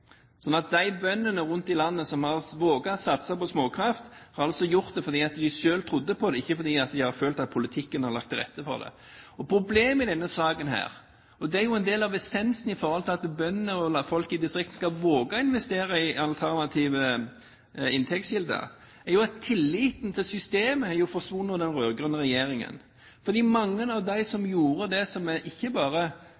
De bøndene rundt i landet som har våget å satse på småkraft, har altså gjort det fordi de selv trodde på det, ikke fordi de har følt at politikken har lagt til rette for det. Problemet i denne saken – og det er en del av essensen når det gjelder om bøndene og folk i distriktene skal våge å investere i alternative inntektskilder – er at tilliten til systemet er forsvunnet under den rød-grønne regjeringen. Ikke bare daværende energiminister Einar Steensnæs, men et samlet storting sa at alle teknologier som